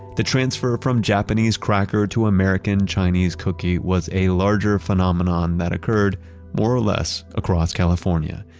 the transfer from japanese cracker to american-chinese cookie was a larger phenomenon that occurred more or less across california,